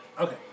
Okay